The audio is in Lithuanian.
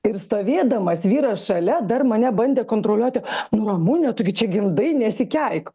ir stovėdamas vyras šalia dar mane bandė kontroliuoti nu ramune tu gi čia gimdai nesikeik